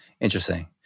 Interesting